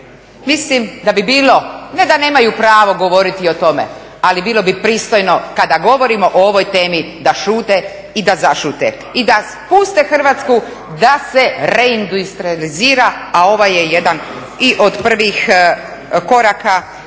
mislim da bi bilo ne da nemaju pravo govoriti o tome, ali bilo bi pristojno kada govorimo o ovoj temi da šute i da zašute. I da puste Hrvatsku da se reindustrijalizira a ovo je jedan od prvih koraka. Zaista